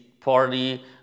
Party